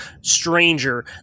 stranger